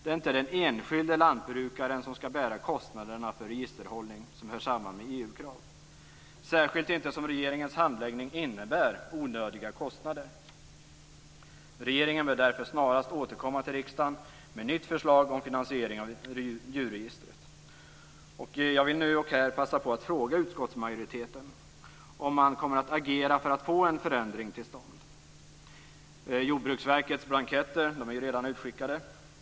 Det är inte den enskilde lantbrukaren som skall bära kostnaderna för registerhållning som hör samman med EU-krav, särskilt inte som regeringens handläggning innebär onödiga kostnader. Regeringen bör därför snarast återkomma till riksdagen med ett nytt förslag om finansiering av djurregistret. Jag vill här och nu passa på att fråga utskottsmajoriteten om man kommer att agera för att få en förändring till stånd. Jordbruksverkets blanketter är ju redan utskickade.